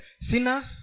sinners